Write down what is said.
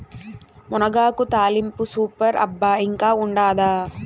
మునగాకు తాలింపు సూపర్ అబ్బా ఇంకా ఉండాదా